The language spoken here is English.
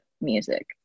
music